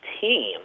team